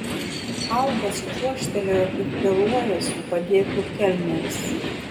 albas čiuožtelėjo kaip vėluojąs su padėklu kelneris